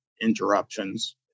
interruptions